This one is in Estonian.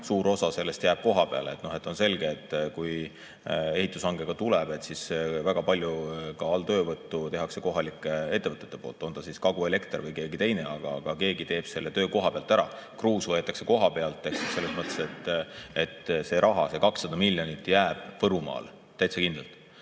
suur osa sellest jääb kohapeale. On selge, et kui ehitushange tuleb, siis väga palju alltöövõttu teevad kohalikud ettevõtted, on ta siis Kagu Elekter või keegi teine. Aga keegi teeb selle töö kohapeal ära. Kruus võetakse kohapealt ja selles mõttes see raha, see 200 miljonit jääb Võrumaale. Täitsa kindlalt!